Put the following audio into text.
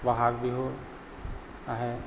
বহাগ বিহু আহে